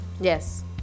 Yes